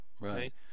Right